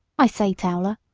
i say, towler,